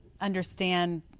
understand